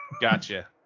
Gotcha